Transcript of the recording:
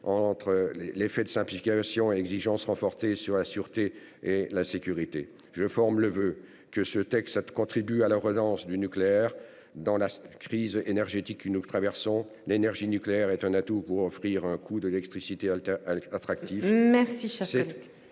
entre effort de simplification et exigences renforcées de sûreté et de sécurité. Je forme le voeu que ce texte contribue à la relance du nucléaire. Dans la crise énergétique que nous traversons, l'énergie nucléaire est un atout pour offrir un coût de l'électricité attractif. Il faut